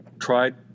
tried